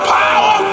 power